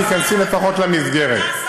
תיכנסי לפחות למסגרת.